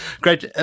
Great